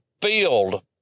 field